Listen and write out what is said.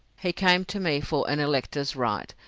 he came to me for an elector's right,